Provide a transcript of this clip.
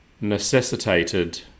necessitated